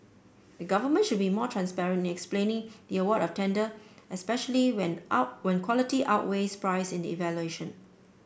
the government should be more transparent in explaining the award of tender especially when out when quality outweighs price evaluation